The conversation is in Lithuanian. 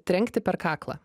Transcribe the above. trenkti per kaklą